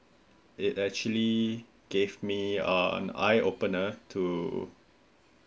it actually gave me uh an eye opener to